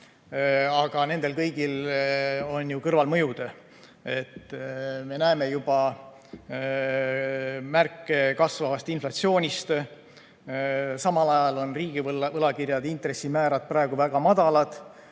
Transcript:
nendel kõigil on ju kõrvalmõjud. Me näeme juba märke kasvavast inflatsioonist. Samal ajal on riigi võlakirjade intressimäärad praegu väga madalad.